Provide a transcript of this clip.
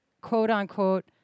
quote-unquote